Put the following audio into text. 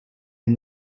est